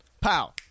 Pow